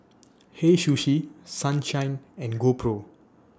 Hei Sushi Sunshine and GoPro